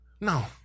No